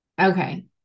Okay